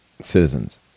citizens